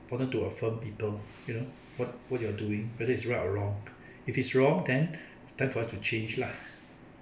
important to affirm people you know what what you're doing whether it's right or wrong if it's wrong then it's time for us to change lah